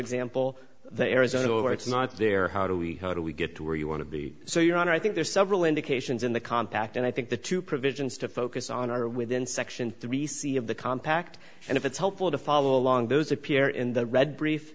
example the arizona law where it's not there how do we how do we get to where you want to be so your honor i think there are several indications in the compact and i think the two provisions to focus on are within section three c of the compact and if it's helpful to follow along those appear in the read brief